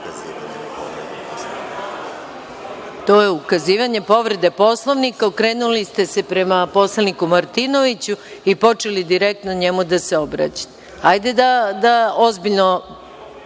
To je ukazivanje povrede Poslovnika. Okrenuli ste se prema poslaniku Martinoviću i počeli direktno njemu da se obraćate. Hajde da se ozbiljno